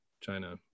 China